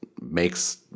makes